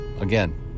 Again